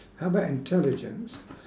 how about intelligence